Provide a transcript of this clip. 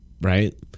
right